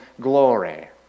glory